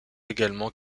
également